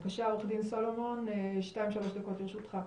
בבקשה, עורך הדין סלומון, שתיים-שלוש דקות לרשותך.